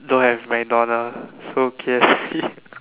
don't have MacDonald so K_F_C